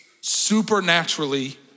supernaturally